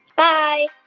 bye